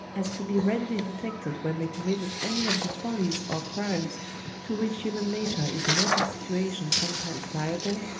as to be readily detected when they committed any of the follies or crimes to which human nature is in every situation sometimes liable,